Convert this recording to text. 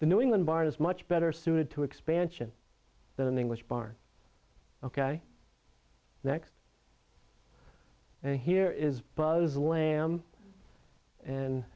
the new england barn is much better suited to expansion than english barn ok next and here is buzz lamb and